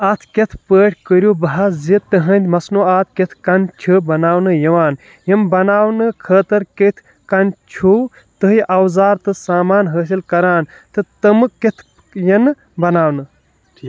اَتھ کَتھِ پیٚٹھ کٔرِو بَحث زِ تُہٕنٛدِ مصنوعات کِتھٕ کَن چھِ بَناونہٕ یِوان، یِم بناونہٕ خٲطرٕ کِتھ کٔنۍ چھُ تُہۍ اوزار تہٕ سامان حٲصِل کَران، تہٕ تِم کَتہِ یِن بناونہٕ